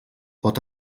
pot